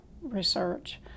research